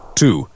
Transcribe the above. two